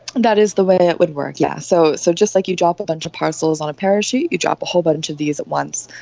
that is the way it would work, yes. so so just like you drop a bunch of parcels on a parachute, you drop a whole bunch of these at once.